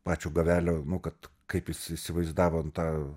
pačio gavelio nu kad kaip jis įsivaizdavo tą